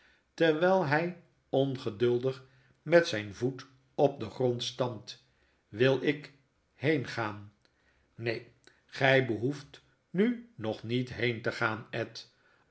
terwyl hy ongeduldig met zyn voet op den grond stampt wil ik heen gaan neen gy behoeft nu nog niet heen te gaan ed